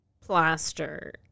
plaster